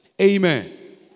Amen